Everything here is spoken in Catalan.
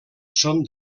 són